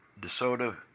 DeSoto